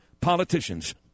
politicians